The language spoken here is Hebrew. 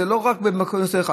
זה לא רק בנושא אחד.